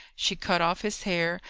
she cut off his hair,